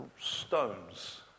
stones